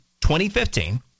2015